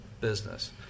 Business